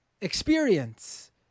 experience